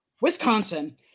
Wisconsin